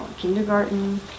kindergarten